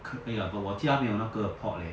可 !aiya! but 我家没有那个 pot leh